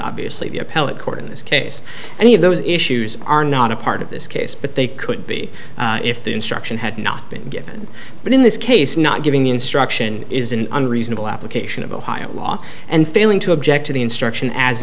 obviously the appellate court in this case any of those issues are not a part of this case but they could be if the instruction had not been given but in this case not giving the instruction is an unreasonable application of ohio law and failing to object to the instruction as